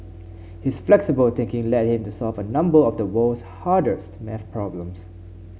his flexible thinking led him to solve a number of the world's hardest maths problems